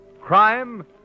Crime